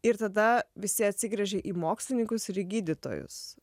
ir tada visi atsigręžė į mokslininkus ir į gydytojus